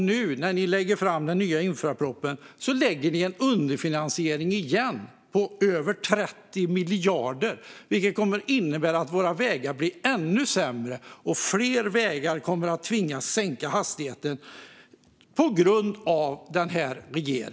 När ni nu lägger fram den nya infrastrukturpropositionen underfinansierar ni igen med över 30 miljarder, vilket kommer att innebära att våra vägar blir ännu sämre och att hastigheten måste sänkas på ännu fler vägar.